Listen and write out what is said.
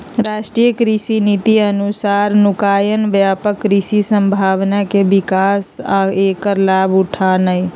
राष्ट्रीय कृषि नीति अनुसार नुकायल व्यापक कृषि संभावना के विकास आ ऐकर लाभ उठेनाई